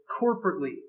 corporately